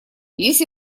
если